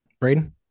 Braden